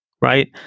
right